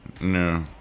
No